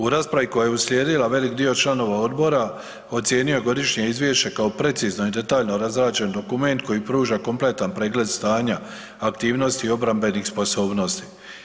U rasprava koja je uslijedila velik dio članova odbora ocijenio je godišnje izvješće kao precizno i detaljno razrađen dokument koji pruža kompletan pregled stanja, aktivnosti i obrambenih sposobnosti.